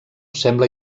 sembla